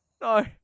no